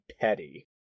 petty